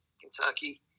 Kentucky